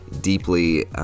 deeply